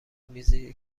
میزی